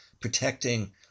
protecting